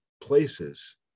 places